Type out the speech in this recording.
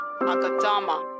Agadama